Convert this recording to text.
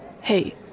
Hey